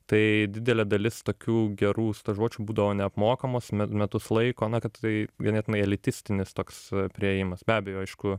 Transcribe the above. tai didelė dalis tokių gerų stažuočių būdavo neapmokamos met metus laiko na kad tai ganėtinai elitistinis toks priėjimas be abejo aišku